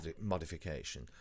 modification